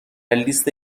لیست